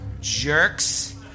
jerks